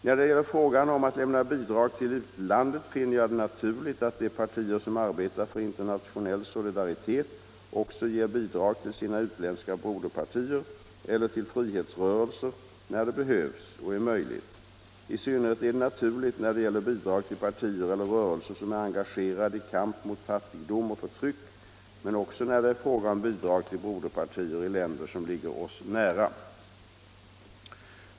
När det gäller frågan om att lämna bidrag till utlandet finner jag det naturligt att de partier som arbetar för internationell solidaritet också ger bidrag till sina utländska broderpartier eller till frihetsrörelser när det behövs och är möjligt. I synnerhet är det naturligt när det gäller bidrag till partier eller rörelser som är engagerade i kamp mot fattigdom och förtryck men också när det är fråga om bidrag till broderpartier i länder som ligger oss nära.